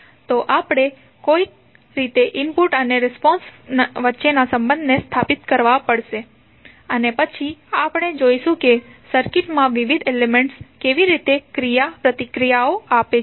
તો આપણે કોઈક રીતે ઇનપુટ અને રિસ્પોન્સ વચ્ચેના સંબંધને સ્થાપિત કરવા પડશે અને પછી આપણે જોઈશું કે સર્કિટમાંના વિવિધ એલિમેન્ટ્સ કેવી રીતે ક્રિયાપ્રતિક્રિયા કરશે